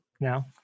now